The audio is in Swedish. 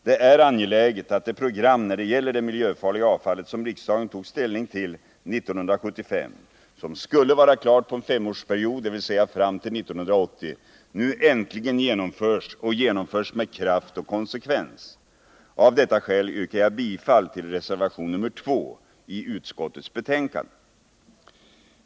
Det är angeläget att det program när det gäller det miljöfarliga avfallet som riksdagen tog ställning till 1975, som skulle vara klart på en femårsperiod, dvs. fram till 1980, nu äntligen genomförs och genomförs med kraft och konsekvens. Av detta skäl yrkar jag bifall till reservation nr 2 i utskottets betänkande.